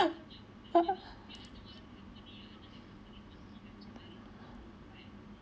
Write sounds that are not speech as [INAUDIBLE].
[LAUGHS]